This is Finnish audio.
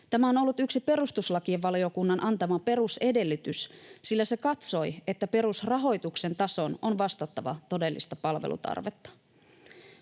Tämä on ollut yksi perustuslakivaliokunnan antama perusedellytys, sillä se katsoi, että perusrahoituksen tason on vastattava todellista palvelutarvetta.